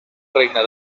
regne